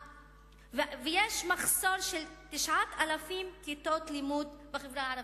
יש מחסור של 9,000 כיתות לימוד בחברה הערבית.